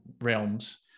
realms